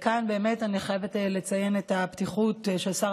כאן באמת אני חייבת לציין את הפתיחות של שר